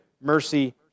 mercy